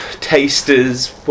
Tasters